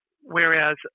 whereas